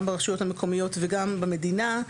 גם ברשויות המקומיות וגם במדינה,